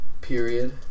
Period